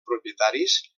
propietaris